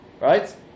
Right